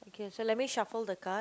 okay so let me shuffle the card